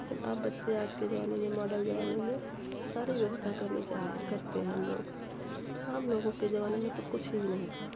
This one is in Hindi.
लेकिन अब बच्चे आज के ज़माने में मॉडल ज़माने में सारी व्यवस्था करनी चाहिए करते हैं हम लोग हम लोगों के ज़माने में तो कुछ ही नहीं था